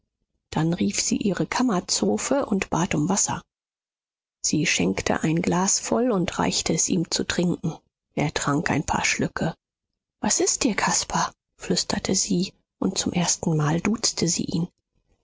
dann rief sie ihre kammerzofe und bat um wasser sie schenkte ein glas voll und reichte es ihm zu trinken er trank ein paar schlücke was ist dir caspar flüsterte sie und zum erstenmal duzte sie ihn